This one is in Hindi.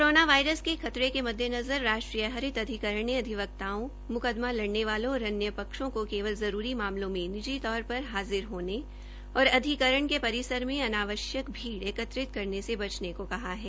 कोरोना वायरस के खतरे के मददेनज़र राष्ट्रीय हरित प्राधिकरण ने अधिवक्ताओं म्कदमा लड़ने वालों और अन्य पक्षों को केवल जरूरी मामलों में निजी तौर पर हाज़िर होने और अधिकरण के परिसर में आवश्यक भीड़ एकत्रित करने से बचने को कहा है